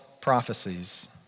prophecies